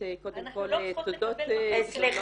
--- אנחנו לא צריכות לקבל --- סליחה,